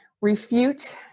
refute